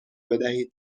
بدهید